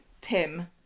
Tim